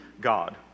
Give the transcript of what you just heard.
God